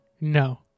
No